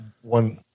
one